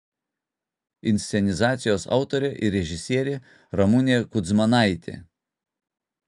inscenizacijos autorė ir režisierė ramunė kudzmanaitė